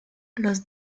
los